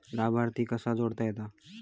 लाभार्थी कसा जोडता येता?